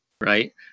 Right